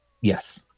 Yes